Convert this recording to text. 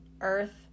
earth